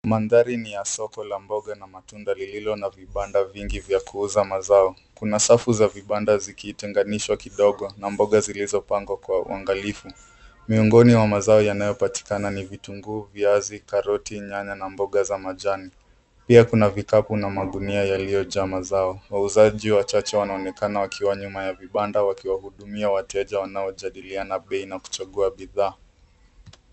Mandhari ni ya soko la matunda na mboga lililo na vibanda vingi vya kuuza mazao. Kuna safu za vibanda vikitenganishwa midogo na mboga zilizopangwa Kwa uangalifu. Miongoni mwa mazao yanayopatikana ni vitunguu, viazi, nyanya, karoti na mboga za majani. Pia kuna vikapu na magunia yaliyojaa mazao. Wauzaji wachache wanaonekana wakiwa nyuma ya vibanda wakiwahudumia wateja wanaojadiliana bei na kuchagua bidhaa.